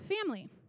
family